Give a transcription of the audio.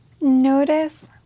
notice